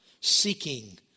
seeking